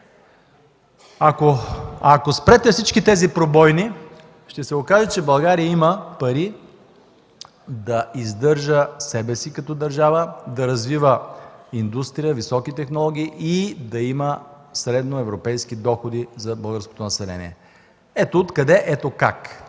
ако спрете всички тези пробойни, ще се окаже, че България има пари да издържа себе си като държава, да развива индустрия, високи технологии и да има средноевропейски доходи за българското население. Ето откъде и ето как!